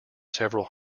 several